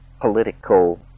political